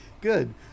good